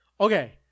Okay